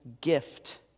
gift